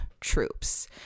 troops